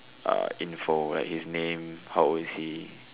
uh info his name how old is he